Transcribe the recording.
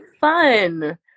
fun